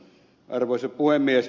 arvoisa puhemies